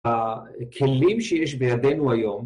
הכלים שיש בידינו היום